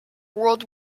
world